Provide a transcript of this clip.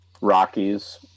Rockies